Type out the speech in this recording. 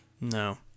No